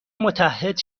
متعهد